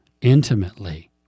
intimately